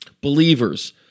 Believers